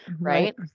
Right